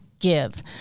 Give